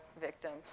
victims